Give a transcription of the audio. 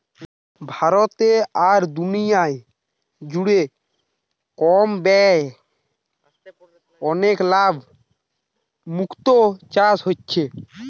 ভারতে আর দুনিয়া জুড়ে কম ব্যয়ে অনেক লাভে মুক্তো চাষ হচ্ছে